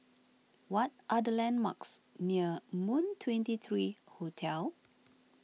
what are the landmarks near Moon twenty three Hotel